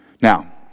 Now